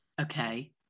Okay